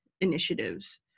initiatives